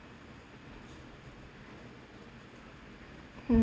mm